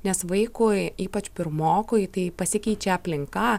nes vaikui ypač pirmokui tai pasikeičia aplinka